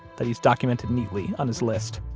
that he's documented neatly on his list